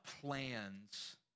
plans